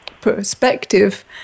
perspective